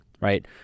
Right